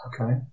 Okay